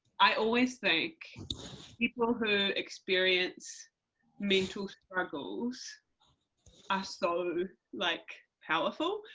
i always think people who experience mental struggles are so like, powerful.